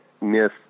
miss